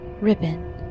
ribbon